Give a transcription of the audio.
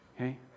okay